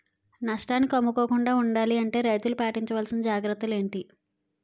నష్టానికి అమ్ముకోకుండా ఉండాలి అంటే రైతులు పాటించవలిసిన జాగ్రత్తలు ఏంటి